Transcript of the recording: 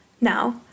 Now